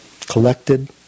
collected